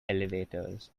elevators